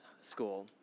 school